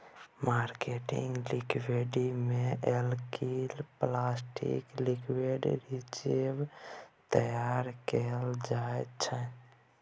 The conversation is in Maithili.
मार्केटिंग लिक्विडिटी में एक्लप्लिसिट लिक्विडिटी रिजर्व तैयार कएल जाइ छै